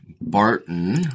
Barton